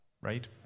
right